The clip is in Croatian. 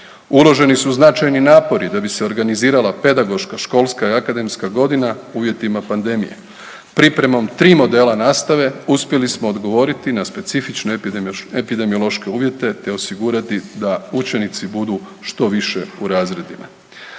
Uloženi su značajni napori da bi se organizirala pedagoška, školska i akademska godina u uvjetima pandemije. Pripremom 3 modela nastave, uspjeli smo odgovoriti na specifične epidemiološke uvjete te osigurati da učenici budu što više u razredima.